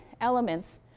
elements